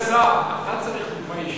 אבל, כבוד השר, אתה צריך דוגמה אישית,